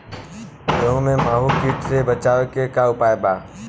गेहूँ में माहुं किट से बचाव के का उपाय बा?